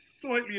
slightly